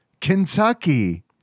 Kentucky